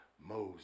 Moses